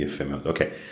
Okay